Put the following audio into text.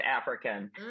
African